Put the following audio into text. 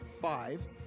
five